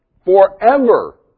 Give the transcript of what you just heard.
Forever